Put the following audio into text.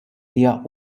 hija